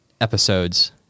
episodes